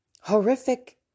horrific